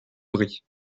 brie